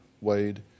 Wade